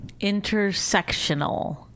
Intersectional